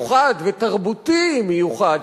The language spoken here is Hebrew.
מיוחד ותרבותי מיוחד,